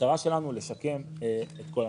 המטרה שלנו לשקם את כל הנכסים.